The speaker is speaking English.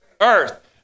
earth